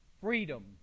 freedom